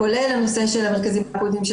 כולל הנושא של המרכזים האקוטיים.